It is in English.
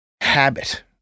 habit